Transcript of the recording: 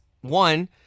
one